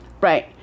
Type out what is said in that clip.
Right